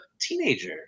teenager